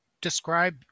describe